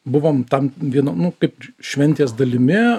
buvom tam vienu nu kaip šventės dalimi o